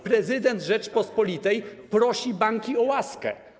Prezydent Rzeczypospolitej prosi banki o łaskę.